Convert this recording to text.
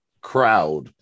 crowd